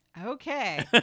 Okay